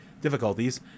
difficulties